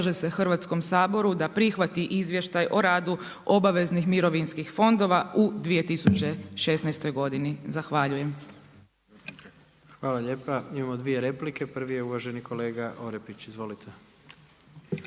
Hrvatskom saboru da prihvati Izvještaj o radu obaveznih mirovinskih fondova u 2016. godini. Zahvaljujem. **Jandroković, Gordan (HDZ)** Hvala lijepa. Imamo dvije replike. Prvi je uvaženi kolega Orepić. Izvolite.